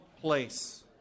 place